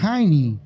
Tiny